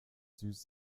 süß